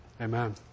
amen